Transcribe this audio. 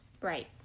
Right